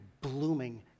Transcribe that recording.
blooming